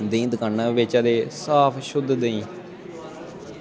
देहीं दकानै उप्पर बेचा दे साफ शुद्ध देहीं